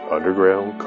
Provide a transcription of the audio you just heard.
Underground